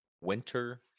winter